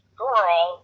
girl